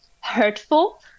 hurtful